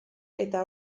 eta